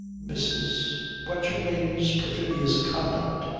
mrs. what's her name's perfidious conduct.